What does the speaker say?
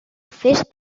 fes